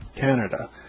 Canada